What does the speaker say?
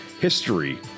History